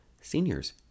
Seniors